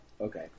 okay